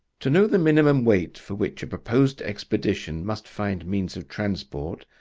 to know the minimum weight for which a proposed expedition must find means of transport,